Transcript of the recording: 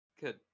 Good